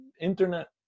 Internet